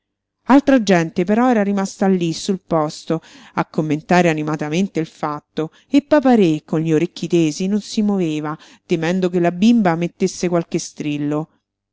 altra gente però era rimasta lí sul posto a commentare animatamente il fatto e papa-re con gli orecchi tesi non si moveva temendo che la bimba mettesse qualche strillo